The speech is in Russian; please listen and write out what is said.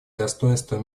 достоинство